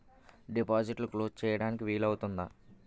డిపాజిట్లు క్లోజ్ చేయడం వీలు అవుతుందా?